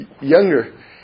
younger